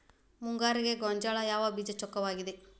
ಮುಂಗಾರಿಗೆ ಗೋಂಜಾಳ ಯಾವ ಬೇಜ ಚೊಕ್ಕವಾಗಿವೆ?